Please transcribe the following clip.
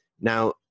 Now